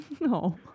No